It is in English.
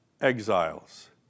exiles